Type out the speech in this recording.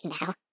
now